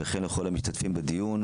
וכן לכל המשתתפים בדיון,